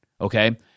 Okay